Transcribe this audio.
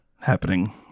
happening